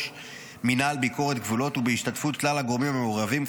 מינהל ביקורת גבולות ובהשתתפות כלל הגורמים המעורבים,